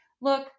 Look